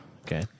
Okay